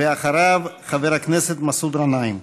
ואחריו, חבר הכנסת מסעוד גנאים.